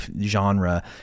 genre